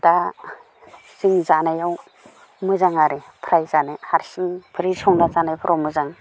दा जों जानायाव मोजां आरो फ्राय जानो हारसिं ओंख्रि संना जानाय फोराव मोजां